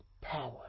power